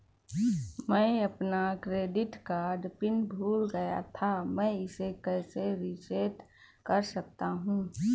मैं अपना credit card pin भूल गया था मैं इसे कैसे रीसेट कर सकता हूँ?